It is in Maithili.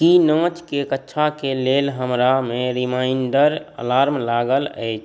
की नाँच के कक्षा के लेल हमरामे रिमाइंडर अलार्म लागल आछि